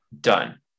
Done